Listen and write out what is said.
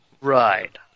right